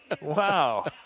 Wow